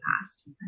past